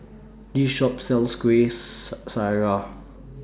This Shop sells Kueh Syara